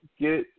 get